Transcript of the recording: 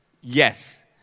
Yes